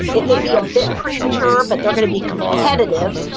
it may be a bit premature, but they're going to be competitive.